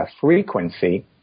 frequency